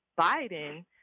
Biden